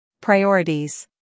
Priorities